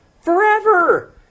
forever